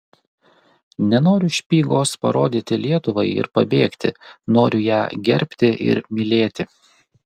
nenoriu špygos parodyti lietuvai ir pabėgti noriu ją gerbti ir mylėti